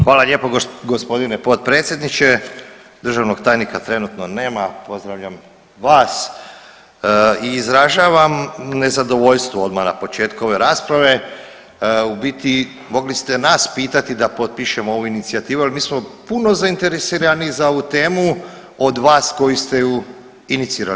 Hvala lijepo g. potpredsjedniče, državnog tajnika trenutno nema, pozdravljam vas i izražavam nezadovoljstvo odmah na početku ove rasprave, u biti mogli ste nas pitati da potpišemo ovu inicijativu, al mi smo puno zainteresiraniji za ovu temu od vas koji ste ju inicirali.